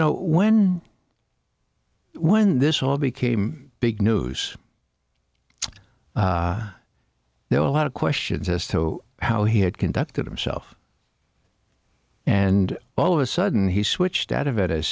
know when when this all became big news there are a lot of questions as to how he had conducted himself and all of a sudden he switched out of it as